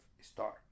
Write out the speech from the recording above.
star